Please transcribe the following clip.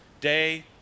day